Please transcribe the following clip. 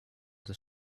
des